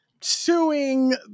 suing